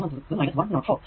മൂന്നാമത്തേത് 104